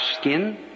skin